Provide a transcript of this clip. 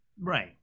Right